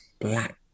black